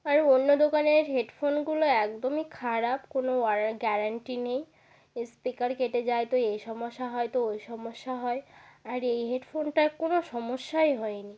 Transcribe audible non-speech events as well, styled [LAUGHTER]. আর অন্য দোকানের হেডফোনগুলো একদমই খারাপ কোনো [UNINTELLIGIBLE] গ্যারান্টি নেই স্পিকার কেটে যায় তো এই সমস্যা হয় তো ওই সমস্যা হয় আর এই হেডফোনটায় কোনো সমস্যাই হয়নি